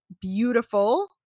beautiful